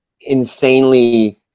insanely